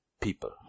people